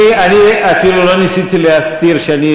אני אפילו לא ניסיתי להסתיר שאני